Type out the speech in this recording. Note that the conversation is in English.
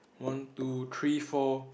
one two three four